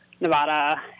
Nevada